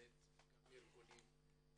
גם הארגונים,